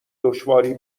دشواری